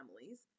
families